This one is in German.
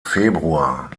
februar